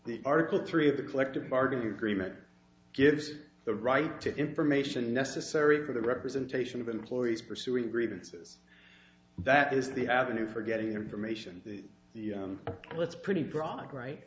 the article three of the collective bargaining agreement gives the right to information necessary for the representation of employees pursuing grievances that is the avenue for getting information the what's pretty proc right